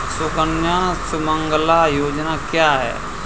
सुकन्या सुमंगला योजना क्या है?